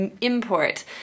import